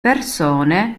persone